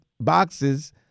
boxes